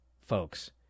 folks